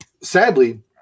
sadly